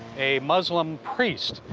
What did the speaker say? a muslim priest.